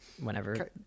whenever